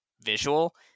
visual